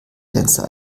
fenster